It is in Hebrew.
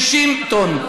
60 טון.